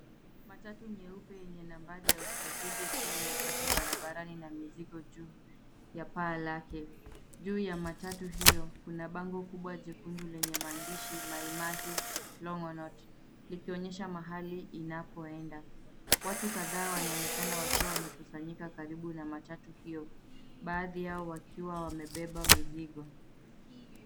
Matatu nyeupe yenye nambari ya usajili ikiwa imepaki barabarani na mizigo juu ya paa lake. Juu ya matatu hio kuna bango kubwa jekundu lenye maandishi MaiMahiu, Longonot likionyesha mahali inapoenda. Watu kadhaa wanaonekana wakiwa wamekusanyika karibu na matatu hio, baadhi yao wakiwa wamebeba mizigo.